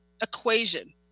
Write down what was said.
equation